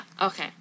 okay